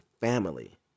family